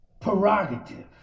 prerogative